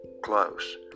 close